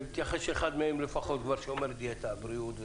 בהתייחס שאחד מהם לפחות כבר שומר על בריאות,